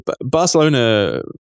Barcelona